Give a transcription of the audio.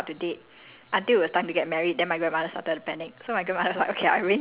like when she go J_C and then after that when she go uni right she was never allowed to date